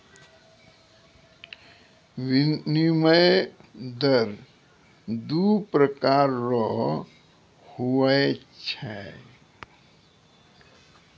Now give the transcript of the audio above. विनिमय दर दू प्रकार रो हुवै छै